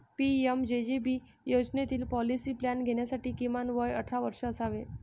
PMJJB योजनेतील policy plan घेण्यासाठी किमान वय अठरा वर्षे असावे